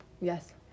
Yes